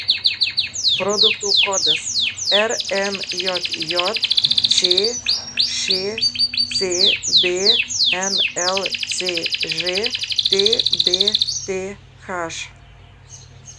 produkto kodas rmjj čšcb nlcž tbth